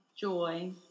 joy